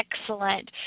excellent